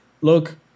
look